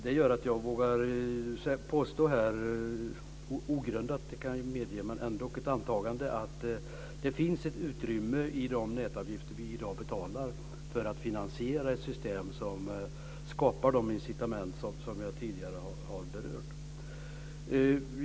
Det gör att jag här vågar påstå, ogrundat måste jag medge, att det finns ett utrymme i de nätavgifter som vi i dag betalar för att finansiera ett system som skapar de incitament som jag tidigare har berört.